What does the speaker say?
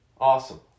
Awesome